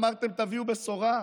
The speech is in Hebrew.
אמרתם שתביאו בשורה,